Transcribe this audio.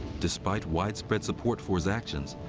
despite widespread support for his actions,